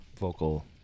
vocal